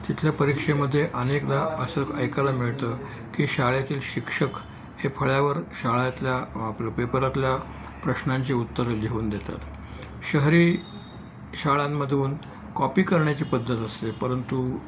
तिथल्या परीक्षेमध्ये अनेकदा असं ऐकायला मिळतं की शाळेतील शिक्षक हे फळ्यावर शाळेतल्या आपलं पेपरातल्या प्रश्नांची उत्तरे लिहून देतात शहरी शाळांमधून कॉपी करण्याची पद्धत असते परंतु